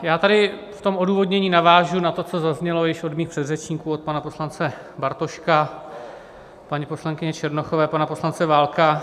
Já tady v tom odůvodnění navážu na to, co zaznělo již od mých předřečníků, od pana poslance Bartoška, paní poslankyně Černochové, pana poslance Válka.